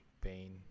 pain